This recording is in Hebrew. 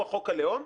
ברוח חוק הלאום,